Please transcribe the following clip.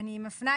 אני מפנה.